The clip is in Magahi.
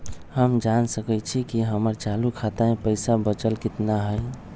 हम जान सकई छी कि हमर चालू खाता में पइसा बचल कितना हई